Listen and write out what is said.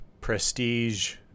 prestige